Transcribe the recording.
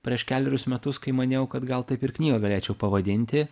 prieš kelerius metus kai maniau kad gal taip ir knygą galėčiau pavadinti